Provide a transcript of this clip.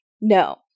No